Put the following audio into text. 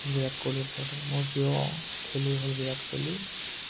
বিৰাট কোহলিৰ দতে মোৰ প্ৰিয় খেলুৱৈ হ'ল বিৰাট কোহলি